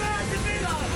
עם משפחות הנעדרים,